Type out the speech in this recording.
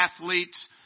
athletes